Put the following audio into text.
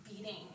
beating